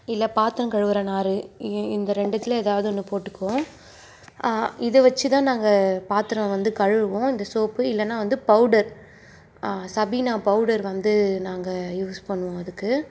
இல்லை பாத்திரம் கழுவுகிற நார் இந்த ரெண்டுத்தில் ஏதாவது ஒன்று போட்டுக்குவோம் இதை வச்சு தான் நாங்கள் பாத்திரம் வந்து கழுவுவோம் இந்த சோப்பு இல்லைனா வந்து பவுடர் சபீனா பவுடர் வந்து நாங்கள் யூஸ் பண்ணுவோம் அதுக்கு